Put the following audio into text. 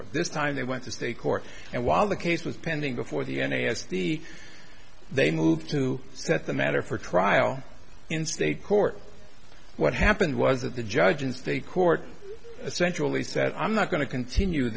court this time they went to state court and while the case was pending before the n a s d they moved to set the matter for trial in state court what happened was that the judges the court essentially said i'm not going to continue